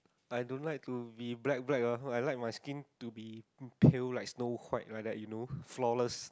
I don't like to be black black ah I like my skin to be pale like Snow White like that you know flawless